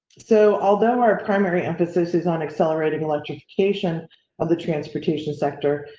so, although our primary emphasis is on accelerating electrification of the transportation sector.